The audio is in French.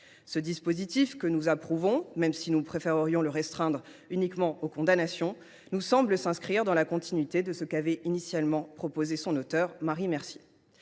Ce dispositif, que nous approuvons, même si nous préférerions le restreindre aux seules condamnations, nous semble s’inscrire dans la continuité de ce qu’a initialement proposé l’auteur de cette